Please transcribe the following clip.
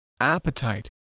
appetite